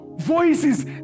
Voices